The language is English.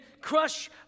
crush